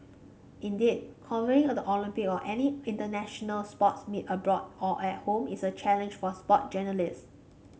indeed covering the Olympic or any international sports meet abroad or at home is a challenge for sports journalist